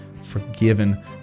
forgiven